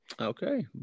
Okay